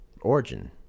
origin